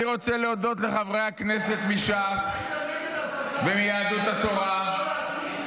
אני רוצה להודות לחברי הכנסת מש"ס ומיהדות התורה ----- די להסתה.